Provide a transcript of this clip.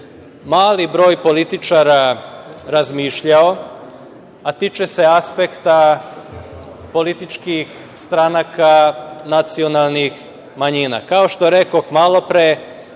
mali broj političara razmišljao, a tiče se aspekta političkih stranaka nacionalnih manjina. Kao što rekoh malo pre,